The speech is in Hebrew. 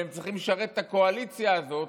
והם צריכים לשרת את הקואליציה הזאת,